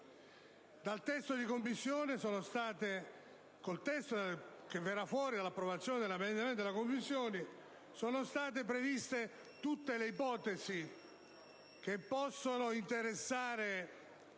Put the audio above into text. da parte del Consiglio dei ministri. Con il testo che verrà fuori dall'approvazione degli emendamenti della Commissione sono state previste tutte le ipotesi che possono interessare